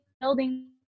building